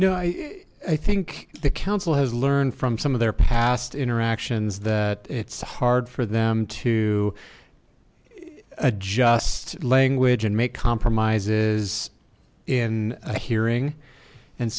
no i i think the council has learned from some of their past interactions that it's hard for them to adjust language and make compromises in a hearing and